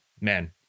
man